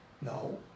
No